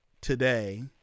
today